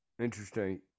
Interesting